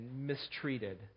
mistreated